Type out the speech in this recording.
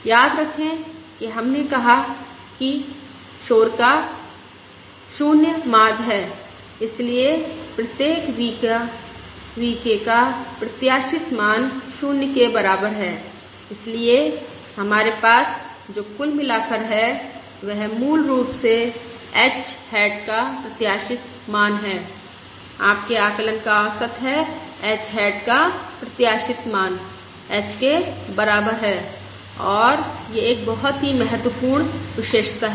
याद रखें कि हमने कहा है कि शोर का 0 माध्य है इसलिए प्रत्येक V k का प्रत्याशित मान 0 के बराबर है इसलिए हमारे पास जो कुल मिलाकर है वह मूल रूप से h हैट का प्रत्याशित मान है आपके आकलन का औसत है h हैट का प्रत्याशित मान h के बराबर है और यह एक बहुत ही महत्वपूर्ण विशेषता है